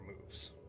moves